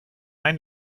ein